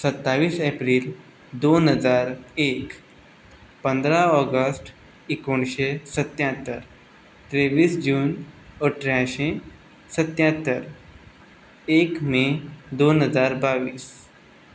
सत्तावीस एप्रील दोन हजार एक पंदरा ऑगस्ट एकुणशे सत्यात्तर त्रेवीस जून अठरांयशी सत्यात्तर एक मे दोन हजार बावीस